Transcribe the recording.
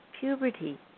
puberty